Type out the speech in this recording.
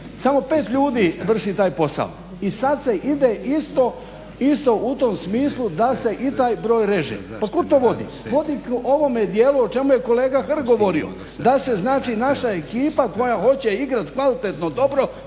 samo 5 ljudi vrši taj posao i sad se ide isto u tom smislu da se i taj broj reže. Pa kuda to vodi? Vodimo ovome dijelu o čemu je kolega Hrg govorio, da se znači naša ekipa koja hoće igrati kvalitetno dobro,